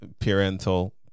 parental